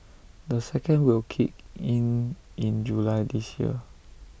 the second will kick in in July this year